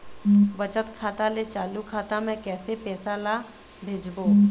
बचत खाता ले चालू खाता मे कैसे पैसा ला भेजबो?